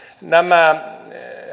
nämä